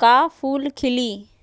का फुल खिली?